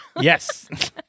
Yes